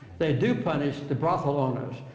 they do punish the brothel owners.